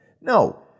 No